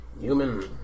human